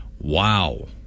wow